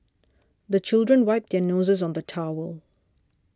the children wipe their noses on the towel